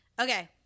okay